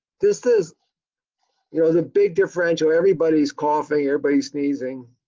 this is you know the big differential everybody's coughing, everybody sneezing.